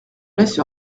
laisse